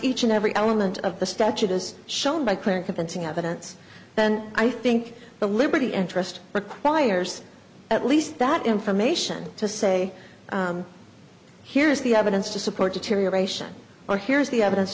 each and every element of the statute as shown by clear and convincing evidence then i think the liberty interest requires at least that information to say here's the evidence to support deterioration or here's the evidence